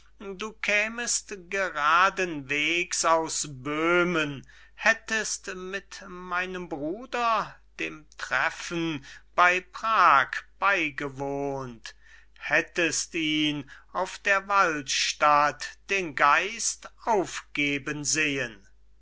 du kämest geraden wegs aus böhmen hättest mit meinem bruder dem treffen bey prag beygewohnt hättest ihn auf der wahlstatt den geist aufgeben sehen